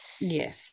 Yes